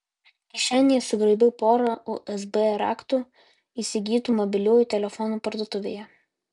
kišenėje sugraibiau porą usb raktų įsigytų mobiliųjų telefonų parduotuvėje